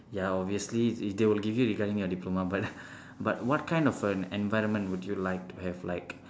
ya obviously they will give you regarding your diploma but but what kind of an an environment would you like to have like